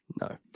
No